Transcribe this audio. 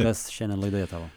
kas šiandien laidoje tavo